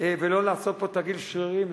ולא לעשות פה תרגיל שרירים,